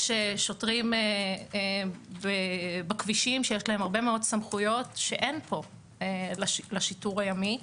יש שוטרים בכבישים שלהם יש הרבה מאוד סמכויות שאין פה לשיטור הימי.